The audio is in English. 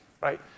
right